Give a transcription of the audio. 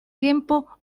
tiempo